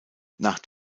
nach